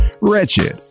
Wretched